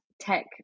tech